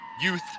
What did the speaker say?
Youth